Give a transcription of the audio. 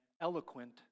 eloquent